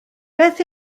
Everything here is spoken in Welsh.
beth